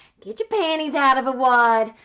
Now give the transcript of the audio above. get your panties out of a wad.